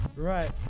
Right